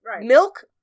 Milk